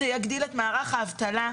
זה יגדיל את מערך האבטלה,